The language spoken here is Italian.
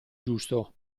giusto